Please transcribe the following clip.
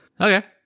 okay